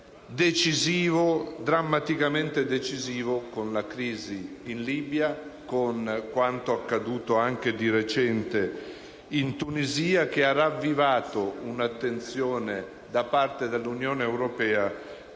in modo drammaticamente decisivo con la crisi in Libia e con quanto accaduto, anche di recente, in Tunisia, che ha ravvivato una attenzione da parte dell'Unione europea